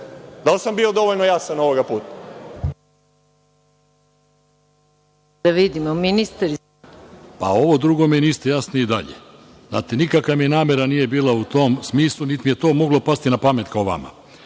Da li sam bio dovoljno jasan ovoga puta?